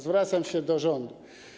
Zwracam się do rządu.